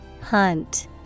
Hunt